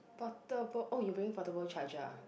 portable oh you bringing portable charger ah